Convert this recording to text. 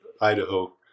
Idaho